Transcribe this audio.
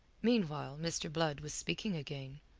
meanwhile mr. blood was speaking again,